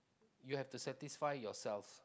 you have to satisfy yourselves